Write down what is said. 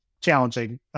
challenging